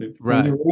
right